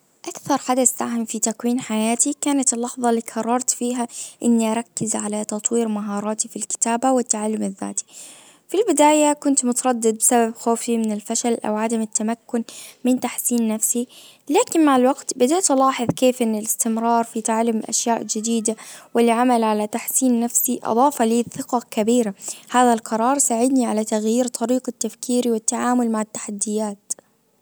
اكثر حدث ساهم في تكوين حياتي كانت اللحظة اللي قررت فيها اني اركز على تطوير مهاراتي في الكتابة والتعلم الذاتي. في البداية كنت متردد بسبب خوفي من الفشل او عدم التمكن من تحسين نفسي. لكن مع الوقت بذات لاحظ كيف ان الاستمرار في تعليم اشياء جديدة والعمل على تحسين نفسي اضاف لي ثقة كبيرة. هذا القرار ساعدني على تغيير طريقة تفكيري والتعامل مع التحديات.